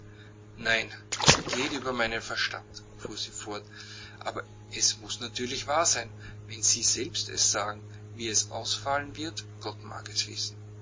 nein es geht über meinen verstand fuhr sie fort aber es muß natürlich wahr sein wenn sie selbst es sagen wie es ausfallen wird gott mag es wissen